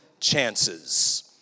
Chances